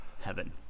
Heaven